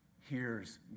hears